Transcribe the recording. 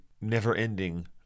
never-ending